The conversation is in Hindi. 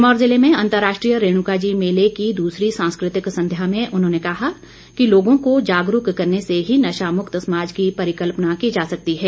सिरमौर जिले में अंतर्राष्ट्रीय रेणुकाजी मेले की दूसरी सांस्कृतिक संध्या में उन्होंने कहा कि लोगों को जागरूक करने से ही नशामुक्त समाज की परिकल्पना की जा सकती है